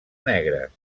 negres